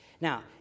now